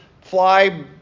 fly